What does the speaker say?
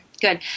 Good